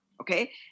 okay